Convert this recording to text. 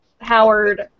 Howard